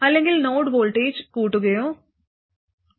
അല്ലെങ്കിൽ node voltage കൂട്ടുകയോ കുറയ്ക്കുകയോ ചെയ്യണ